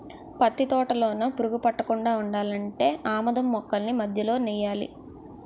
పత్తి తోటలోన పురుగు పట్టకుండా ఉండాలంటే ఆమదం మొక్కల్ని మధ్యలో నెయ్యాలా